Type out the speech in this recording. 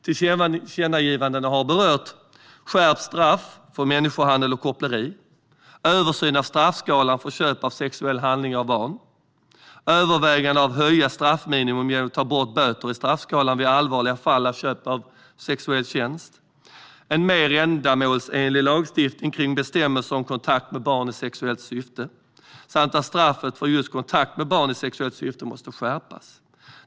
Tillkännagivandena har berört skärpt straff för människohandel och koppleri översyn av straffskalan för köp av sexuell handling av barn övervägande av att höja straffminimum genom att ta bort böter i straffskalan vid allvarliga fall av köp av sexuell tjänst en mer ändamålsenlig lagstiftning när det gäller kontakt med barn i sexuellt syfte att straffet för just kontakt med barn i sexuellt syfte måste skärpas.